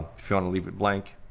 if you wanna leave it blank,